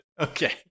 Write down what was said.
Okay